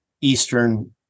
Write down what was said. Eastern